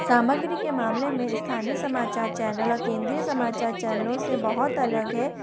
सामग्री के मामले में स्थानीय समाचार चैनल और केंद्रीय समाचार चैनलों से बहुत अलग है